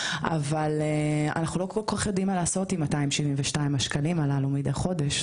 אבל אנחנו לא כל כך יודעים מה לעשות עם 272 השקלים הללו מידי חודש.